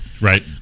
right